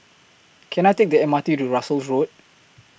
Can I Take The M R T to Russels Road